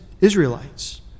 Israelites